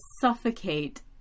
suffocate